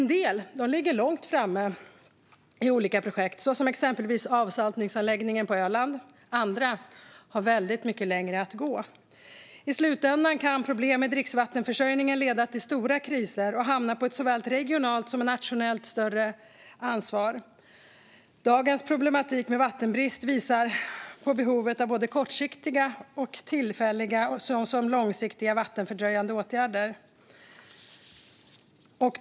En del ligger långt framme i olika projekt - jag tänker exempelvis på avsaltningsanläggningen på Öland. Andra har väldigt mycket längre att gå. I slutändan kan problem med dricksvattenförsörjningen leda till stora kriser och hamna på såväl ett regionalt som ett nationellt större ansvar. Dagens problematik med vattenbrist visar på behovet av både kortsiktiga och tillfälliga och långsiktiga vattenfördröjande åtgärder.